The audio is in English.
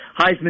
Heisman